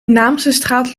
naamsestraat